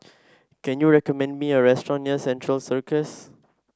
can you recommend me a restaurant near Central Circus